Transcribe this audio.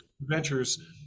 Ventures